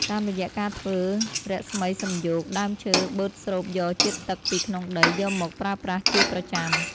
តាមរយៈការធ្វើរស្មីសំយោគ ដើមឈើបឺតស្រូបយកជាតិទឹកពីក្នុងដីយកមកប្រើប្រាស់ជាប្រចាំ។